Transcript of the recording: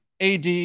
AD